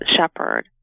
Shepherd